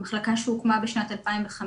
זו מחלקה שהוקמה בשנת 2015,